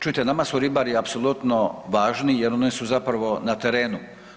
Čujte nama su ribari apsolutno važni jer oni su zapravo na terenu.